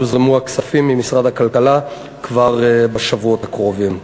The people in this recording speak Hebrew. יוזרמו הכספים ממשרד הכלכלה כבר בשבועות הקרובים.